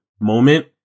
moment